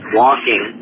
walking